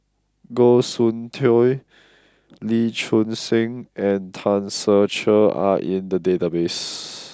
Goh Soon Tioe Lee Choon Seng and Tan Ser Cher are in the database